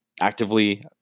actively